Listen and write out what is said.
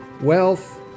wealth